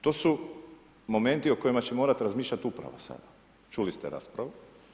To su momenti o kojima će morati razmišljati uprava sada, čuli ste raspravu.